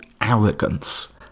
arrogance